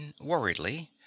Worriedly